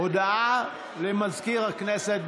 הודעה למזכיר הכנסת.